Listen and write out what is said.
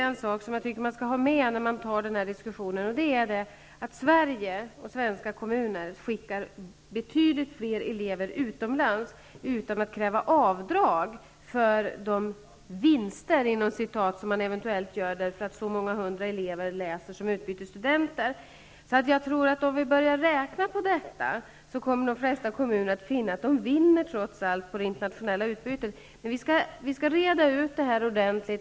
En sak som jag tycker att man skall ha med när man för den här diskussionen är att Sverige och svenska kommuner skickar betydligt fler elever utomlands utan att kräva avdrag för de ''vinster'' som man eventuellt gör därför att så många hundra elever läser som utbytesstudenter. Jag tror alltså att de flesta kommuner, om man räknar på detta, kommer att finna att de trots allt vinner på det internationella utbytet. Men vi skall reda ut det här ordentligt.